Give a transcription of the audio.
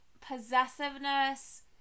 possessiveness